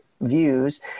views